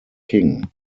king